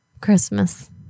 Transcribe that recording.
Christmas